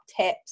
tips